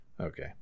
Okay